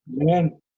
Amen